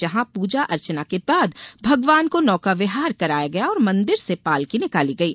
जहां पूजा अर्चना के बाद भगवान को नौका विहार कराया गया और मंदिर से पालकी निकाली गयी